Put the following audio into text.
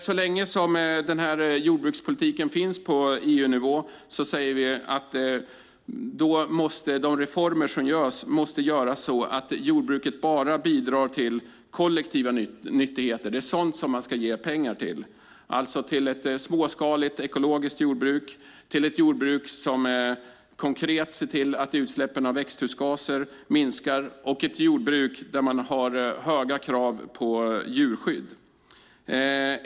Så länge som denna jordbrukspolitik finns på EU-nivå säger vi dock att de reformer som görs måste göras så att jordbruket bara bidrar till kollektiva nyttigheter. Det är sådant man ska ge pengar till - ett småskaligt ekologiskt jordbruk, ett jordbruk som konkret ser till att utsläppen av växthusgaser minskar och ett jordbruk där man har höga krav på djurskydd.